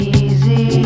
easy